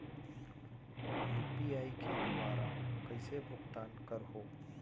UPI के दुवारा कइसे भुगतान करहों?